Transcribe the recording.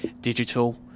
digital